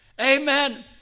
Amen